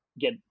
get